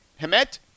Hemet